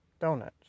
Donuts